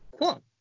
Cool